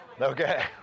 Okay